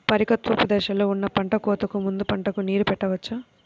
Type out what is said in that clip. పరిపక్వత దశలో ఉన్న పంట కోతకు ముందు పంటకు నీరు పెట్టవచ్చా?